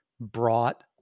brought